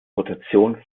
rotation